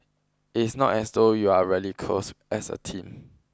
it's not as though you're really close as a team